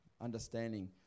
understanding